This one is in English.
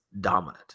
dominant